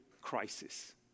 crisis